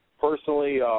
personally